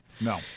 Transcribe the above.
No